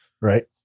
Right